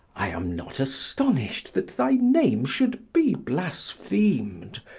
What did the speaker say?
i am not astonished that thy name should be blasphemed,